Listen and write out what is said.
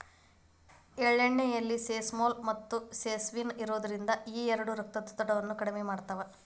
ಎಳ್ಳೆಣ್ಣೆಯಲ್ಲಿ ಸೆಸಮೋಲ್, ಮತ್ತುಸೆಸಮಿನ್ ಇರೋದ್ರಿಂದ ಈ ಎರಡು ರಕ್ತದೊತ್ತಡವನ್ನ ಕಡಿಮೆ ಮಾಡ್ತಾವ